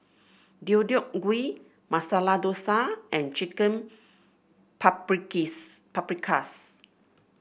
Deodeok Gui Masala Dosa and Chicken Paprikis Paprikas